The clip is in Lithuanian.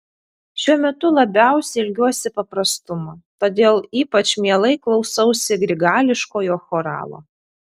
šiuo metu labiausiai ilgiuosi paprastumo todėl ypač mielai klausausi grigališkojo choralo